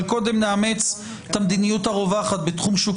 אבל קודם נאמץ את המדיניות הרווחת בתחום שוק